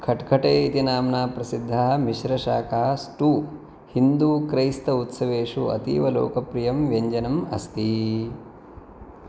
खटखटे इति नाम्ना प्रसिद्धः मिश्रशाकास्टू हिन्दूक्रैस्त उत्सवेषु अतीवलोकप्रियं व्यञ्जनम् अस्ति